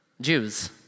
Jews